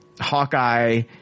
Hawkeye